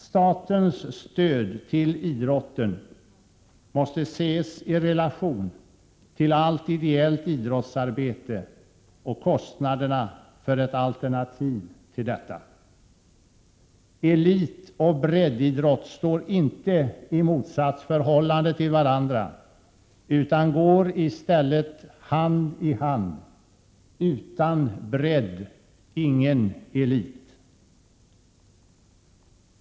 Statens stöd till idrotten måste ses i relation till allt ideellt idrottsarbete och kostnaderna för ett alternativ till detta. Elitoch breddidrott står inte i motsatsförhållande till varandra utan går i stället hand i hand — utan bredd ingen elit.